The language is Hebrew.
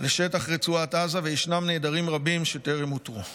לשטח רצועת עזה, וישנם נעדרים רבים שטרם אותרו.